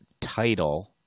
title